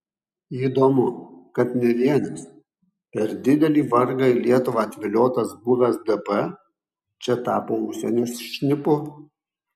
įdomu kad ne vienas per didelį vargą į lietuvą atviliotas buvęs dp čia tapo užsienio šnipu